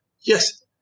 Yes